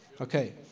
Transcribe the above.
Okay